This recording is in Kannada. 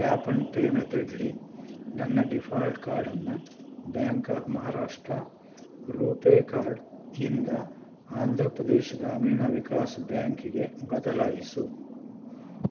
ಟ್ಯಾಪ್ ಆ್ಯಂಡ್ ಪೇ ಮೆಥಡಲ್ಲಿ ನನ್ನ ಡಿಫಾಲ್ಟ್ ಕಾರ್ಡನ್ನು ಬ್ಯಾಂಕ್ ಆಫ್ ಮಹಾರಾಷ್ಟ್ರ ರೂಪೇ ಕಾರ್ಡಿಂದ ಆಂಧ್ರ ಪ್ರದೇಶ್ ಗ್ರಾಮೀಣ ವಿಕಾಸ್ ಬ್ಯಾಂಕಿಗೆ ಬದಲಾಯಿಸು